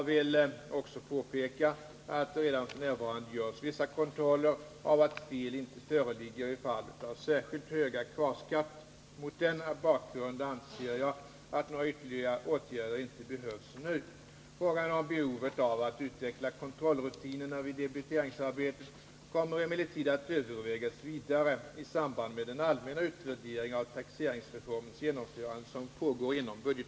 Jag vill också påpeka att det redan f. n. görs — oo vissakontroller av att felinte föreligger i fall av särskilt höga kvarskatter. Mot Om åtgärder för denna bakgrund anser jag att några ytterligare åtgärder inte behövs nu. att undvika felak Frågan om behovet av att utveckla kontrollrutinerna vid debiteringsarbetet tiga besked om kommer emellertid att övervägas vidare i samband med den allmänna kvarskatt utvärdering av taxeringsreformens genomförande som pågår inom budget